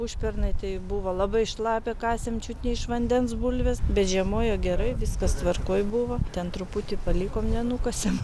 užpernai tai buvo labai šlapia kasėm čiut ne iš vandens bulves bet žiemojo gerai viskas tvarkoj buvo ten truputį palikom nenukasėm